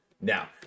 Now